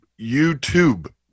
YouTube